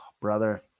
brother